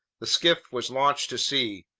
the skiff was launched to sea.